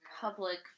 public